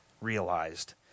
realized